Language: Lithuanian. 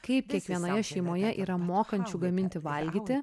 kaip kiekvienoje šeimoje yra mokančių gaminti valgyti